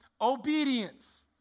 obedience